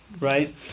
right